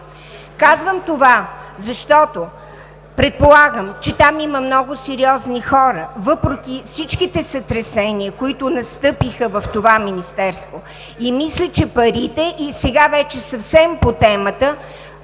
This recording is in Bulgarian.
Казвам това, защото предполагам, че там има много сериозни хора, въпреки всичките сътресения, които настъпиха в Министерството. Мисля, че парите – и сега вече съвсем по темата,